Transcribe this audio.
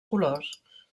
colors